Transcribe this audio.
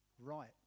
right